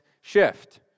shift